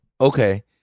Okay